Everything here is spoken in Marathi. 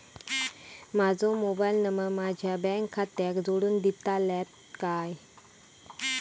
माजो मोबाईल नंबर माझ्या बँक खात्याक जोडून दितल्यात काय?